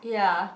ya